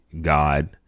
God